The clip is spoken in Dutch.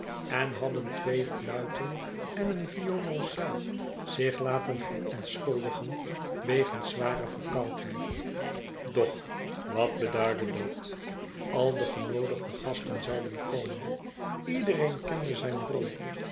en hadden twee fluiten en een violoncel zich laten verontschuldigen wegens zware verkoudheid doch wat beduidde dat al de genoodigde gasten zouden komen iedereen kende zijn rol